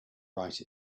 write